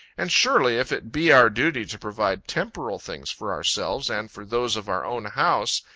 and surely, if it be our duty to provide temporal things for ourselves, and for those of our own house,